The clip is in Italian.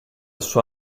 sua